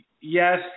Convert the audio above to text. yes